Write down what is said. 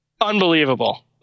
Unbelievable